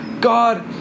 God